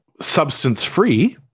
substance-free